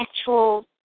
actual